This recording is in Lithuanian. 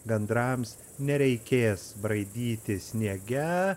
gandrams nereikės braidyti sniege